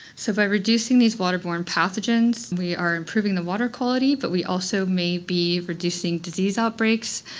so by reducing these waterborne pathogens we are improving the water quality, but we also may be reducing disease outbreaks,